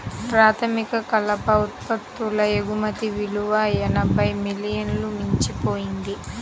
ప్రాథమిక కలప ఉత్పత్తుల ఎగుమతి విలువ ఎనభై మిలియన్లను మించిపోయింది